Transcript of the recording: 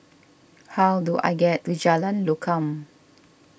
how do I get to Jalan Lokam